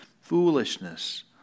foolishness